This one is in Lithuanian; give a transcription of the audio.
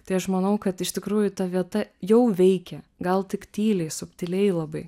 tai aš manau kad iš tikrųjų ta vieta jau veikia gal tik tyliai subtiliai labai